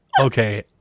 Okay